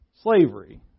Slavery